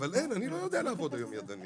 אין, אני לא יודע לעבוד היום ידנית.